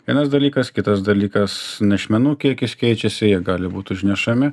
vienas dalykas kitas dalykas nešmenų kiekis keičiasi jie gali būt užnešami